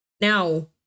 Now